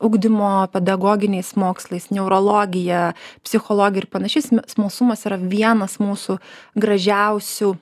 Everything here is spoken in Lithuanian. ugdymo pedagoginiais mokslais neurologija psichologija ir panašiais smalsumas yra vienas mūsų gražiausių